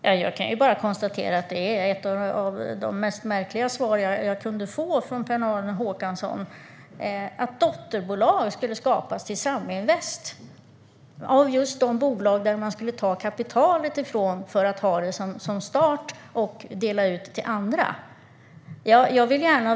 Herr talman! Jag kan bara konstatera att detta var ett av de märkligaste svar jag kunde få från Per-Arne Håkansson. Jag vill gärna höra från honom var beslutet togs att skapa dotterbolag till Saminvest av just de bolag från vilka man skulle ta kapital för att ha som start och dela ut till andra.